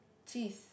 cheese